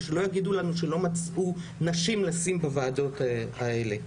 ושלא יגידו לנו שלא מצאו נשים לשים בוועדות האלה.